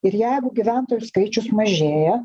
ir jeigu gyventojų skaičius mažėja